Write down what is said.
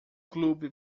clube